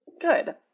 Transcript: Good